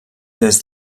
des